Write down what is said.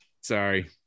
sorry